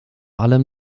allem